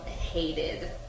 hated